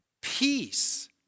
peace